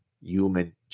human